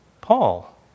Paul